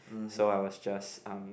so I was just um